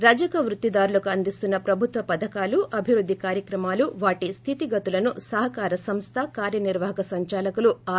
రజక వృత్తిదారులకు అందిస్తున్నే ప్రభుత్వ పథకాలు అభివృద్ధి కార్యక్రమాలు వాటి స్లితిగతులను సహకార సంస్థ కార్యనిర్యాహక సంచాలకులు ఆర్